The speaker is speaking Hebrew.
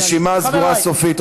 הרשימה סגורה סופית.